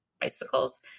bicycles